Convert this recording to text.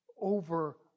over